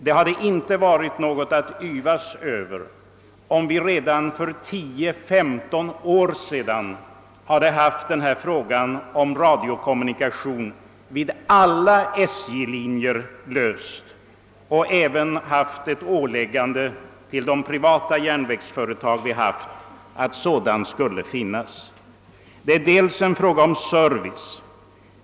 Det hade inte varit något att yvas över, om vi redan för 10—15 år sedan hade löst radiokommunikationsfrågan på alla SJ-linjer och även hade ålagt de privata järnvägsföretagen att införa linjeradio. Det är delvis en fråga om service.